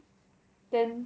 then